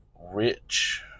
rich